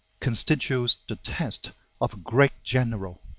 constitutes the test of a great general.